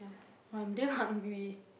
I'm that hungry